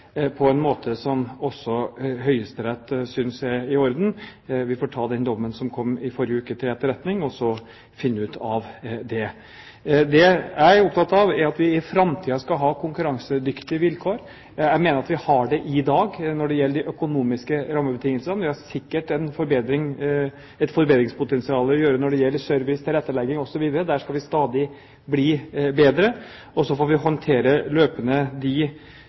på en måte som også Høyesterett synes er i orden. Vi får ta den dommen som kom i forrige uke, til etterretning og så finne ut av det. Det jeg er opptatt av, er at vi i framtiden skal ha konkurransedyktige vilkår. Jeg mener at vi har det i dag når det gjelder de økonomiske rammebetingelsene, men vi har sikkert et forbedringspotensial når det gjelder service, tilrettelegging osv. Der skal vi stadig bli bedre. Og så får vi løpende håndtere de ulike virkemidlene vi har, om det er de